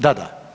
Da, da.